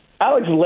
Alex